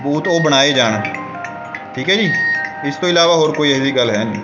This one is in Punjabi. ਬੂਥ ਉਹ ਬਣਾਏ ਜਾਣ ਠੀਕ ਹੈ ਜੀ ਇਸ ਤੋਂ ਇਲਾਵਾ ਹੋਰ ਕੋਈ ਇਹੋ ਜਿਹੀ ਗੱਲ ਹੈ ਨਹੀਂ